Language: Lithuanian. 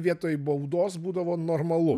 vietoj baudos būdavo normalu